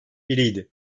biriydi